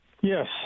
Yes